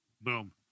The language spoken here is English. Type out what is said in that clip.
boom